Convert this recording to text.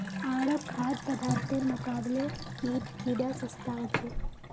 आरो खाद्य पदार्थेर मुकाबले कीट कीडा सस्ता ह छे